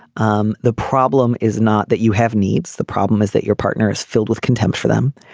um the problem is not that you have needs. the problem is that your partner is filled with contempt for them.